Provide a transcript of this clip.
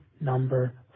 number